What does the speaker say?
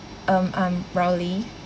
um I'm riley